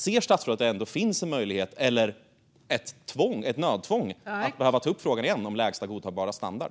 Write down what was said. Ser statsrådet att det finns en möjlighet att man behöver ta upp frågan igen om lägsta godtagbara standard?